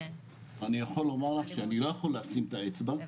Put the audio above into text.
אני אמרת גם לפרופ' חגי,